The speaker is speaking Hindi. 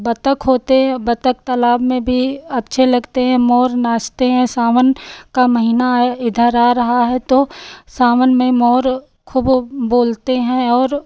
बतख होते औ बतख तालाब में भी अच्छे लगते हैं मोर नाचते हैं सावन का महीना इधर आ रहा है तो सावन में मोर खूब ओ बोलते हैं और